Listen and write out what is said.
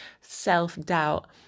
self-doubt